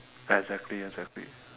exactly exactly